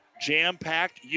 jam-packed